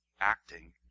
acting